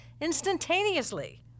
instantaneously